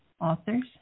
authors